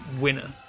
winner